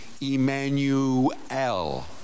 Emmanuel